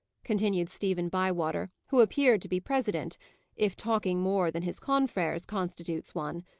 continued stephen bywater, who appeared to be president if talking more than his confreres constitutes one.